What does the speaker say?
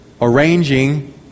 arranging